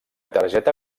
targeta